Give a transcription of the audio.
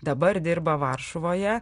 dabar dirba varšuvoje